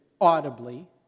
audibly